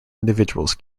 individuals